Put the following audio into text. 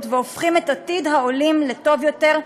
והופכים את עתיד העולים לטוב יותר,